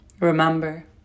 Remember